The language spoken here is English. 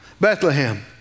Bethlehem